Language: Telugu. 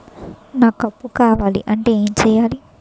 నాకు అప్పు కావాలి అంటే ఎం చేయాలి?